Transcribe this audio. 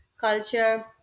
culture